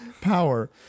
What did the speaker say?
power